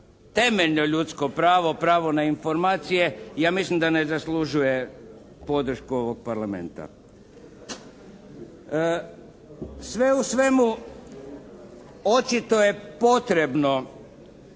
temeljno ljudsko pravo, pravo na informacije ja mislim da ne zaslužuje podršku ovog Parlamenta. Sve u svemu očito je potrebno